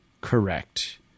Correct